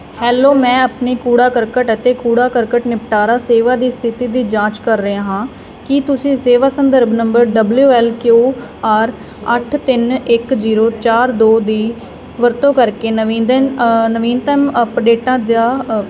hello ਮੈਂ ਆਪਣੀ ਕੂੜਾ ਕਰਕਟ ਅਤੇ ਕੂੜਾ ਕਰਕਟ ਨਿਪਟਾਰਾ ਸੇਵਾ ਦੀ ਸਥਿਤੀ ਦੀ ਜਾਂਚ ਕਰ ਰਿਹਾ ਹਾਂ ਕੀ ਤੁਸੀਂ ਸੇਵਾ ਸੰਦਰਭ number W L Q R ਅੱਠ ਤਿੰਨ ਇੱਕ ਜ਼ੀਰੋ ਚਾਰ ਦੋ ਦੀ ਵਰਤੋਂ ਕਰਕੇ ਨਵੀਂਦਨ ਨਵੀਨਤਮ ਅਪਡੇਟਾਂ ਦਾ